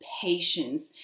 patience